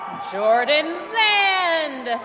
jordan zand'